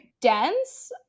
dense